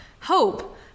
hope